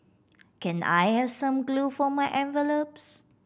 can I have some glue for my envelopes